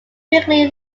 quickly